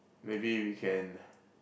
maybe we can